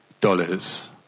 dollars